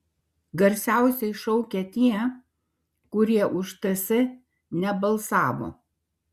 garsiausiai šaukia tie kurie už ts nebalsavo